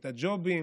את הג'ובים,